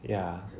ya